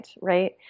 right